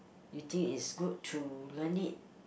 you think it's good to learn it